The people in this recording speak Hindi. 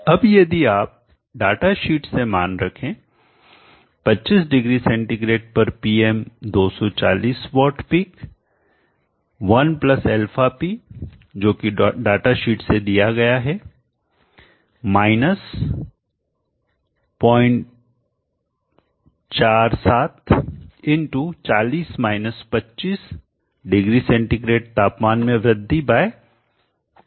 अब यदि आप डाटा शीट से मान रखें 25 डिग्री सेंटीग्रेड पर Pm 240 वाट पिक 1 αpजोकि डाटा शीट से दिया गया है 047 x डिग्री सेंटीग्रेड तापमान में वृद्धि बाय 100